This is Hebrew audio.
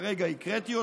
שכרגע הקראתי,